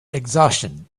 exhaustion